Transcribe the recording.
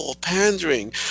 pandering